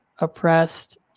oppressed